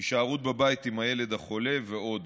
הישארות בבית עם הילד החולה ועוד.